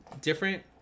different